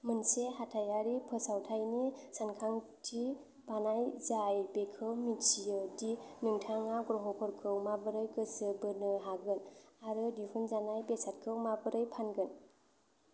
मोनसे हाथाइआरि फोसावथाइनि सानथांखि बानाय जाय बेखौ मिथिहोयो दि नोंथाङा ग्राहकफोरखौ माबोरै गोसो बोनो हागोन आरो दिहुनजानाय बेसादखौ माबोरै फानगोन